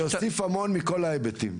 זה יוסיף המון מכל ההיבטים.